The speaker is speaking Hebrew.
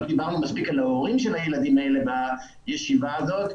ולא דיברנו מספיק על ההורים של הילדים האלה בישיבה הזאת,